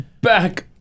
Back